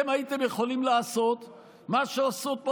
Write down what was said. אתם הייתם יכולים לעשות מה שעושות פה